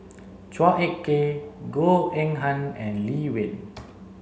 Chua Ek Kay Goh Eng Han and Lee Wen